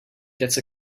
gets